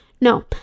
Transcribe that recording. No